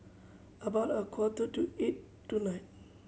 about a quarter to eight tonight